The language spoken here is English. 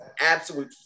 absolute